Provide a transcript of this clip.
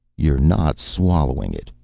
you're not swallowing it,